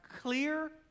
clear